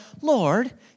Lord